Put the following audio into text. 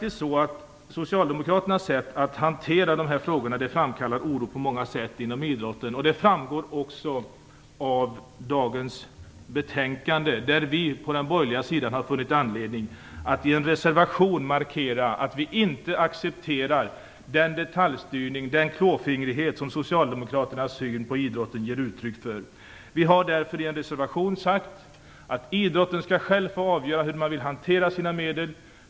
Socialdemokraternas sätt att hantera de här frågorna framkallar oro inom idrotten. Det framgår också av dagens betänkande. Vi på den borgerliga sidan har funnit anledning att markera att vi inte accepterar den detaljstyrning, den klåfingrighet, som socialdemokraternas syn på idrotten ger uttryck för. Vi har därför i en reservation sagt att idrotten själv skall få avgöra hur man vill hantera sina medel.